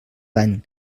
dany